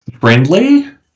friendly